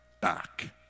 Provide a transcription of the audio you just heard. back